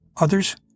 others